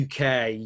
uk